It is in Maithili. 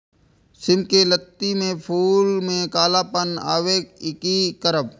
सिम के लत्ती में फुल में कालापन आवे इ कि करब?